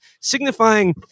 signifying